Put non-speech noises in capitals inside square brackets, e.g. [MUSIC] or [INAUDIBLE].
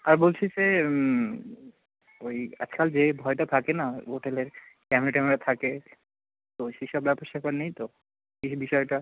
আর বলছি যে ওই আজকাল যে ভয়টা থাকে না হোটেলে ক্যামেরা ট্যামেরা থাকে তো সেসব ব্যাপার স্যাপার নেই তো এই [UNINTELLIGIBLE] বিষয়টা